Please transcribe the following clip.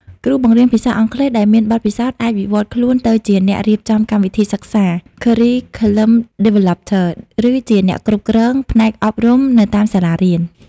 គ្រូបង្រៀនភាសាអង់គ្លេសដែលមានបទពិសោធន៍អាចវិវត្តខ្លួនទៅជាអ្នករៀបចំកម្មវិធីសិក្សា (Curriculum Developer) ឬជាអ្នកគ្រប់គ្រងផ្នែកអប់រំនៅតាមសាលារៀន។